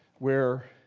where,